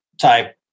type